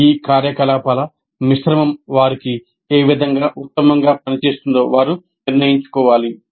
ఈ కార్యకలాపాల మిశ్రమం వారికి ఏ విధంగా ఉత్తమంగా పనిచేస్తుందో వారు నిర్ణయించాలి